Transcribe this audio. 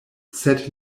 sed